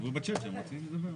שיכתבו בצ'אט שהם רוצים לדבר.